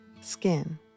skin